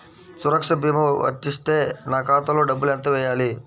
సురక్ష భీమా వర్తిస్తే నా ఖాతాలో డబ్బులు ఎంత వేయాలి?